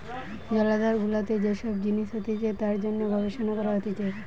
জলাধার গুলাতে যে সব জিনিস হতিছে তার জন্যে গবেষণা করা হতিছে